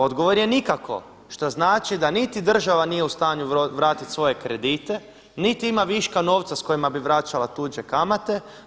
Odgovor je nikako što znači da niti država nije u stanju vratit svoje kredite, niti ima viška novca sa kojima bi vraćala tuđe kamate.